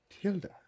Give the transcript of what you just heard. Tilda